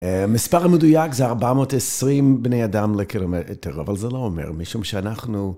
המספר המדויק זה 420 בני אדם לקילומטר, אבל זה לא אומר, משום שאנחנו...